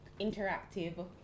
interactive